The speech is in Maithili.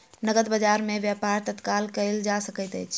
नकद बजार में व्यापार तत्काल कएल जा सकैत अछि